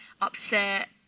upset